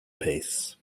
peace